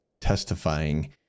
testifying